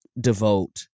devote